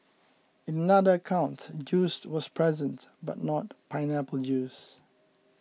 in another account juice was present but not pineapple juice